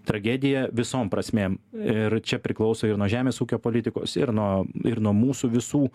tragedija visom prasmėm ir čia priklauso ir nuo žemės ūkio politikos ir nuo ir nuo mūsų visų